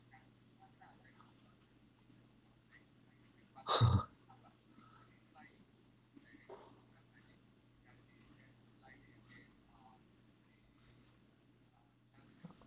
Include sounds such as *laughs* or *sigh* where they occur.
*laughs* uh